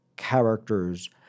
characters